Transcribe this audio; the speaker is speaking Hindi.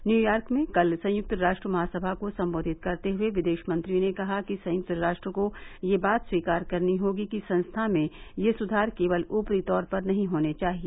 न्यूयार्क में कल संयुक्त राष्ट्र महासभा को संबोधित करते हुए विदेश मंत्री ने कहा कि संयुक्त राष्ट्र को यह बात स्वीकार करनी होगी कि संस्था में ये सुधार केवल ऊपरी तौर पर नहीं होने चाहिए